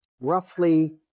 roughly